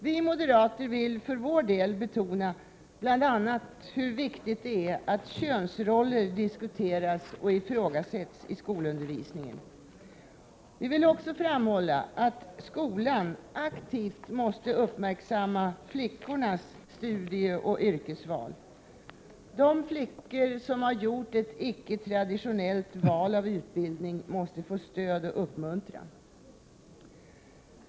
Vi moderater vill för vår del bl.a. betona hur viktigt det är att könsroller diskuteras och ifrågasätts i skolundervisningen. Vi vill också framhålla att skolan aktivt måste uppmärksamma flickornas studieoch yrkesval. De flickor som har gjort ett icke-traditionellt val av utbildning måste få stöd och uppmuntran.